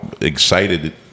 excited